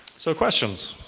so questions.